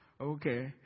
Okay